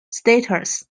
status